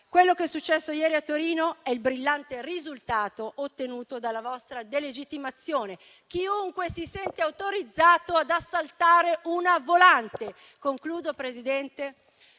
Quello che è successo ieri a Torino è il brillante risultato ottenuto dalla vostra delegittimazione. Chiunque si sente autorizzato ad assaltare una volante. Concludo, signor